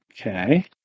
Okay